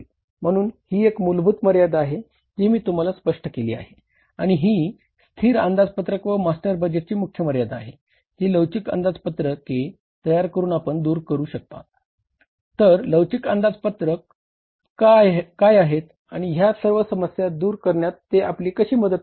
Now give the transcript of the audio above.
म्हणूनच ही एक मूलभूत मर्यादा आहे जी मी तुम्हाला स्पष्ट केली आहे आणि ही स्थिर अंदाजपत्रक व मास्टर बजेटची मुख्य मर्यादा आहे जी लवचिक अंदाजपत्रके तयार करुन दूर केली जाऊ शकते